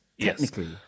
Technically